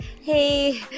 hey